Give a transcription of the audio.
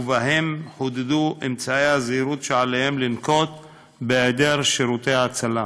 ובהן חודדו אמצעי הזהירות שעליהן לנקוט בהיעדר שירותי ההצלה: